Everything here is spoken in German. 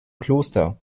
kloster